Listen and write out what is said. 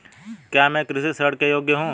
क्या मैं कृषि ऋण के योग्य हूँ?